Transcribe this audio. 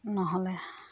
নহ'লে